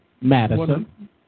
Madison